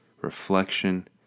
reflection